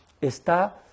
está